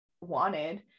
wanted